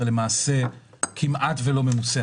אתה כמעט ולא ממוסה.